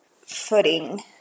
footing